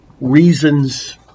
reasons